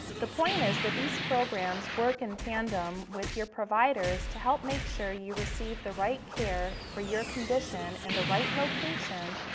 the point is that these programs work in tandem with your providers to help make sure you receive the right care for your condition in the right location,